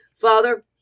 Father